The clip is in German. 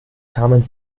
kamen